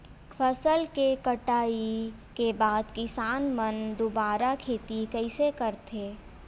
फसल के कटाई के बाद किसान मन दुबारा खेती कइसे करथे?